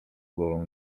głową